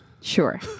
Sure